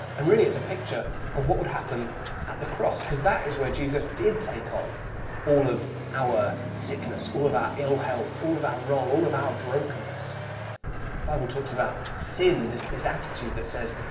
and really it's a picture of what would happen at the cross, because that is where jesus did take on all of our sickness, all of our ill-health, all of our wrong, all of our brokenness. the bible talks about sin this this attitude that says,